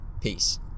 Peace